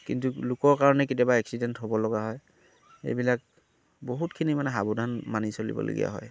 কিন্তু লোকৰ কাৰণে কেতিয়াবা এক্সিডেণ্ট হ'ব লগা হয় এইবিলাক বহুতখিনি মানে সাৱধান মানি চলিবলগীয়া হয়